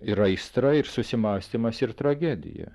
yra aistra ir susimąstymas ir tragedija